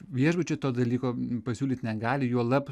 viešbučiai to dalyko pasiūlyti negali juolab